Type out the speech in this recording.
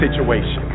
situation